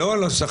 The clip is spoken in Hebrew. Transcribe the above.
לא על השכר.